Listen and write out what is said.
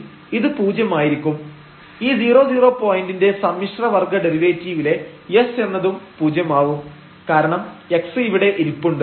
ഈ 00 പോയന്റിന്റെ സമ്മിശ്ര വർഗ്ഗ ഡെറിവേറ്റീവിലെ s എന്നതും പൂജ്യമാവും കാരണം x ഇവിടെ ഇരിപ്പുണ്ട്